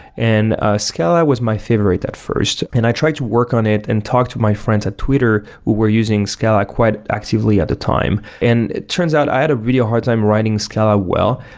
and ah scala was my favorite at first. and i tried to work on it and talk to my friends at twitter who were using scala quite actively at the time. and it turns out, i had a really hard time writing scala well.